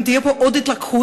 אם תהיה פה עוד התלקחות,